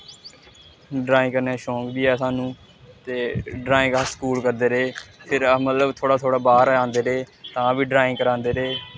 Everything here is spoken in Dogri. ड्राईंग करने दा शौक बी है सानूं ते ड्राईंग अस स्कूल करदे रेह् फिर अस मतलब थोह्ड़ा थोह्ड़ा बाह्र औंदे रेह् तां बी ड्राईंग करांदे रेह्